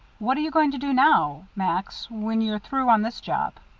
what are you going to do now, max when you're through on this job?